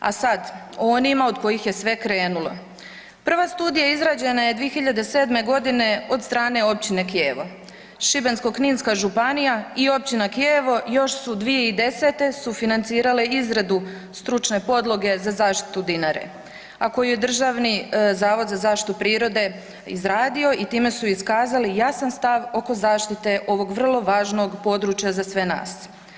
A sad o onima od kojih je sve krenulo, prva studija izrađena je 2007.g. od strane Općine Kijevo, Šibensko-kninska županija i Općina Kijevo još su 2010.sufinancirale izradu stručne podloge za zaštitu Dinare, a koju je Državni zavod za zaštitu prirode izradio i time su iskazali jasan stav oko zaštite ovog vrlo važnog područja za sve nas.